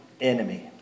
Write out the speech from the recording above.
enemy